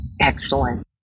Excellent